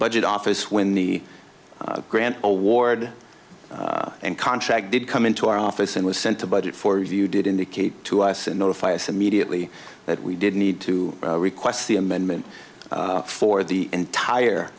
budget office when the grant award and contract did come into our office and was sent to budget for you did indicate to us and notify us immediately that we did need to request the amendment for the entire